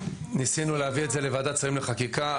--- ניסינו להביא את זה לוועדת שרים לחקיקה.